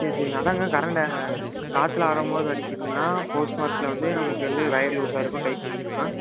சரி சரிங்க அதுதாங்க கரெண்ட்டை காற்றுல ஆடும் போது அடிக்குதுங்களா ஃபோஸ்ட்மார்க்கில் வந்து நமக்கு வந்து ஒயர் லூசாக இருக்கும் டைட் பண்ணிக்கலாம்